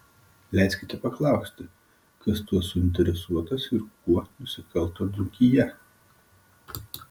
leiskite paklausti kas tuo suinteresuotas ir kuo nusikalto dzūkija